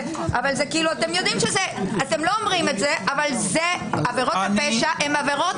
אתם לא אומרים את זה אבל עבירות הפשע הן עבירות